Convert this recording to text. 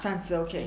暂时 okay